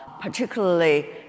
particularly